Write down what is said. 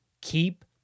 keep